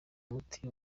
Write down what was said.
umuti